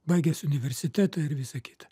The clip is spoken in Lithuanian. baigęs universitetą ir visa kita